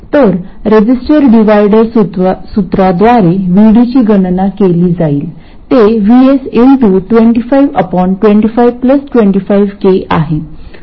तर register divider सूत्राद्वारे VD ची गणना केली जाईल ते Vs 252525k आहे